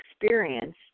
experience